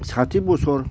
साथि बसर